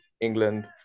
England